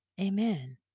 Amen